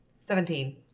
Seventeen